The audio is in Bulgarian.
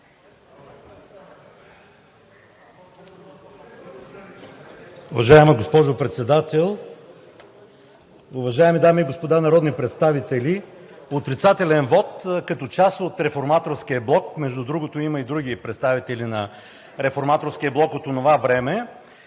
Уважаема госпожо Председател, уважаеми дами и господа народни представители! Отрицателен вот, като част от Реформаторския блок. Между другото, има и други представители на Реформаторския блок от онова време.